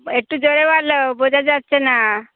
একটু জোরে বলো বোঝা যাচ্ছে না